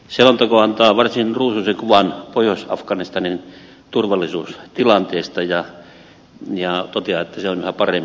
selonteko antaa varsin ruusuisen kuvan pohjois afganistanin turvallisuustilanteesta ja toteaa että se on yhä paremmin hallinnassa